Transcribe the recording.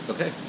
Okay